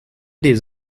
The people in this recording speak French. des